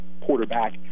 quarterback